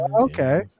Okay